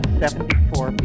74